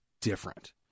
different